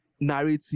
narrative